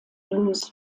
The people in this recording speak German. blues